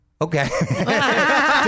Okay